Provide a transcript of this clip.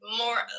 more